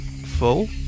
full